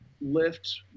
lift